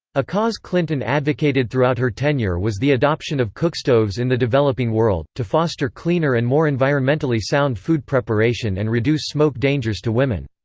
a cause clinton advocated throughout her tenure was the adoption of cookstoves in the developing world, to foster cleaner and more environmentally sound food preparation and reduce smoke dangers to women.